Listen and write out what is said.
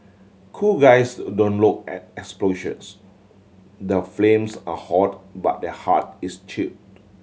cool guys don't low at explosions the flames are hot but their heart is chilled